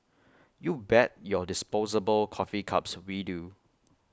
you bet your disposable coffee cups we do